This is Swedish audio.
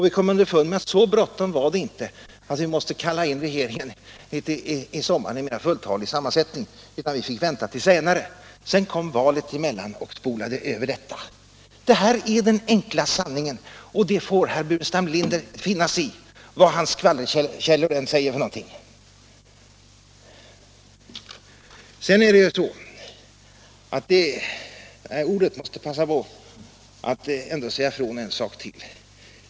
Vi kom underfund med att så bråttom var det inte, att vi för den här sakens skull måste kalla in en fulltalig regering mitt i sommaren. Sedan kom valet emellan och spolade över detta. Det här är den enkla sanningen, och det får herr Burenstam Linder finna sig i, vad hans skvallerkällor än säger för någonting. När jag har ordet måste jag passa på att säga ifrån en sak till.